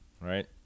right